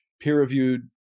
peer-reviewed